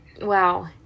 Wow